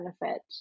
benefit